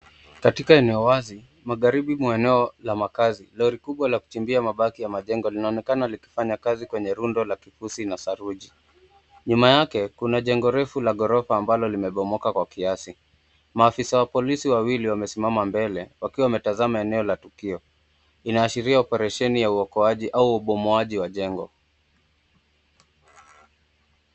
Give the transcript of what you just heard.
Katika eneo wazi magharibi mwa eneo la makazi, lori kubwa la kuchimbia mabaki ya majengo, linaonekana likifanya kazi kwenye rundo la kifusi na saruji, nyuma yake kuna jengo refu la ghorofa ambalo limebomoka kwa kiasi. Maafisa wa polisi wawili wamesimama mbele, wakiwa wametazama eneo la tukio. Inaashiria oparesheni ya uokoaji au ubomoaji wa jengo.